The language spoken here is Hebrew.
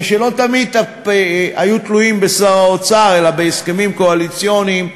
ושלא תמיד היו תלויים בשר האוצר אלא בהסכמים קואליציוניים,